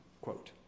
quote